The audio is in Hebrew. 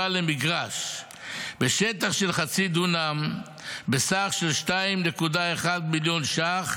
למגרש בשטח של חצי דונם בסך של 2.1 מיליון ש"ח,